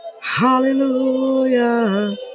Hallelujah